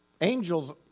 Angels